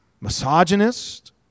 misogynist